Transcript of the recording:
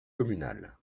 communal